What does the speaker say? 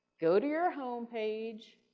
go to your homepage,